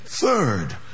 third